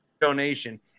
donation